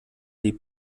sie